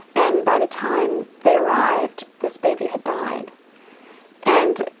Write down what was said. and by the time they arrived this baby had died and